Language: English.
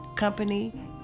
company